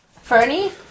Fernie